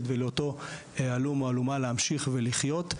ולאותו הלום או הלומה להמשיך ולחיות,